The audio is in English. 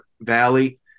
valley